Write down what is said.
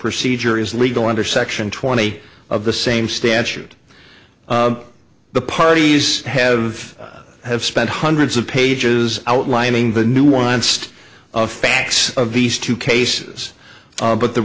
procedure is legal under section twenty of the same stand should the parties have have spent hundreds of pages outlining the new wants of facts of these two cases but the